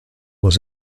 was